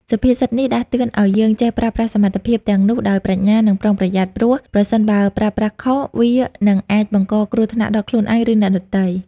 សុភាសិតនេះដាស់តឿនឲ្យយើងចេះ ប្រើប្រាស់សមត្ថភាពទាំងនោះដោយប្រាជ្ញា និងប្រុងប្រយ័ត្ន ព្រោះប្រសិនបើប្រើប្រាស់ខុស វានឹងអាចបង្កគ្រោះថ្នាក់ដល់ខ្លួនឯង ឬអ្នកដទៃ។